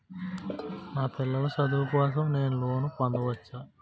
నా పిల్లల చదువు కోసం నేను లోన్ పొందవచ్చా?